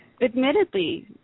admittedly